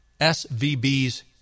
SVB's